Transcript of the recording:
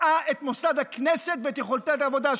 קעקעה את מוסד הכנסת ואת יכולת העבודה שלה.